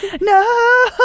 no